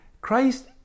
Christ